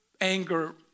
anger